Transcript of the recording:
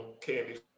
candy